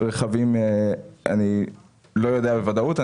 אני לא יודע בוודאות.